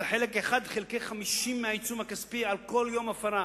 חלק 1 חלקי 50 מהעיצום הכספי, על כל יום הפרה,